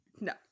no